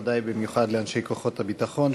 וודאי במיוחד לאנשי כוחות הביטחון,